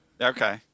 Okay